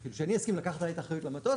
שאני אסכים לקחת על עצמי את האחריות על המטוס,